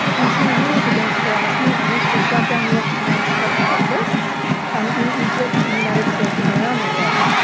we've seen rules against harassment used to shut down the accounts of activists um in egypt and the united states and around the world.